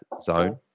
zone